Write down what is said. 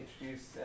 introduce